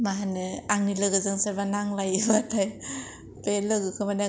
मा होनो आंनि लोगोजों सोरबा नांलायोब्लाथाय बे लोगोखौ माने आं